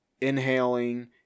inhaling